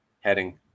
heading